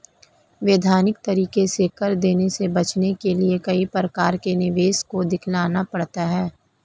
वैधानिक तरीके से कर देने से बचने के लिए कई प्रकार के निवेश को दिखलाना पड़ता है